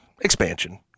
Expansion